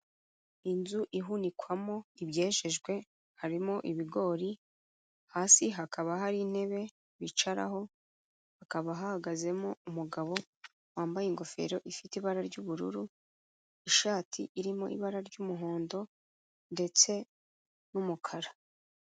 Inzu ihunikwamo ibyejejwe harimo ibigori, hasi hakaba hari intebe bicaraho, hakaba hahagazemo umugabo wambaye ingofero ifite ibara ry'ubururu, ishati irimo ibara ry'umuhondo ndetse n'umukara.